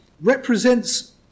represents